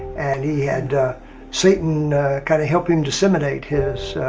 and he had satan kind of help him disseminate his